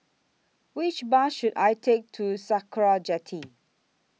Which Bus should I Take to Sakra Jetty